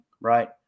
right